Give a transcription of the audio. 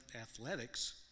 athletics